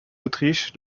autriche